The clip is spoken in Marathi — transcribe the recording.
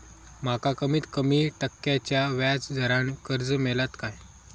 माका कमीत कमी टक्क्याच्या व्याज दरान कर्ज मेलात काय?